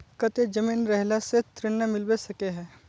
केते जमीन रहला से ऋण मिलबे सके है?